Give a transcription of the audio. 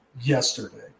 yesterday